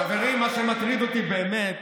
חברים, מה שמטריד אותי באמת